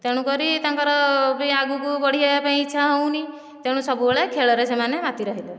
ତେଣୁ କରି ତାଙ୍କର ବି ଆଗକୁ ବଢ଼ିବା ପାଇଁ ଇଚ୍ଛା ହେଉନି ତେଣୁ ସବୁବେଳେ ଖେଳରେ ସେମାନେ ମାତି ରହିଲେ